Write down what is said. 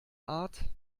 art